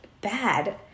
bad